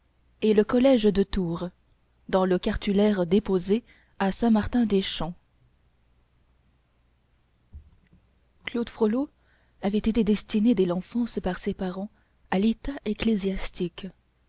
et le collège de tours dans le cartulaire déposé à saint martin des champs claude frollo avait été destiné dès l'enfance par ses parents à l'état